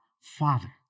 Father